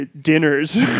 dinners